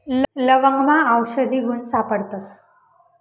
लवंगमा आवषधी गुण सापडतस